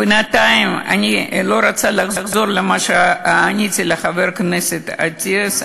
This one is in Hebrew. בינתיים אני לא רוצה לחזור על מה שעניתי לחבר הכנסת אטיאס.